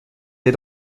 des